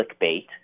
clickbait